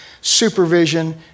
Supervision